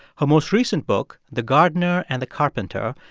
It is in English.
her most recent book, the gardener and the carpenter,